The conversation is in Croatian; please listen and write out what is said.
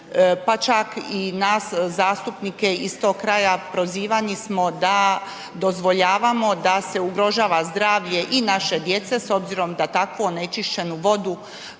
pa čak i nas zastupnike iz tog kraja, prozivani smo da dozvoljavamo da se ugrožava zdravlje i naše djece s obzirom da tako onečišćenu vodu